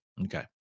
Okay